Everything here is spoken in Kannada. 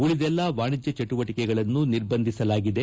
ಉಳಿದೆಲ್ಲಾ ವಾಣಿಜ್ಯ ಚಟುವಟಕೆಗಳನ್ನು ನಿರ್ಬಂಧಿಸಲಾಗಿದೆ